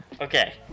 Okay